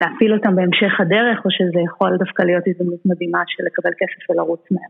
תפיל אותם בהמשך הדרך, או שזה יכול דווקא להיות הזדמנות מדהימה של לקבל כסף ולרוץ מהר.